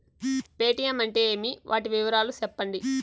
Paytm అంటే ఏమి, వాటి వివరాలు సెప్పండి?